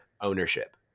ownership